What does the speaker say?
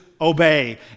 obey